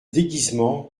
déguisement